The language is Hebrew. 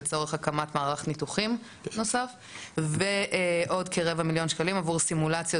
לצורך הקמת מערך ניתוחים נוסף ועוד כרבע מיליון שקלים עבור סימולציות,